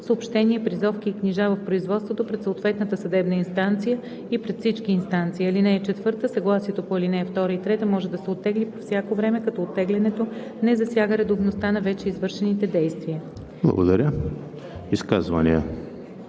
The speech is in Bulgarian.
съобщения, призовки и книжа в производството пред съответната съдебна инстанция и пред всички инстанции. (4) Съгласието по ал. 2 и 3 може да се оттегли по всяко време, като оттеглянето не засяга редовността на вече извършените действия.“ ПРЕДСЕДАТЕЛ